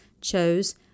chose